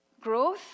growth